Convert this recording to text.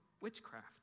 witchcraft